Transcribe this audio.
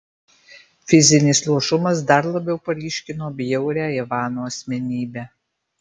fizinis luošumas dar labiau paryškino bjaurią ivano asmenybę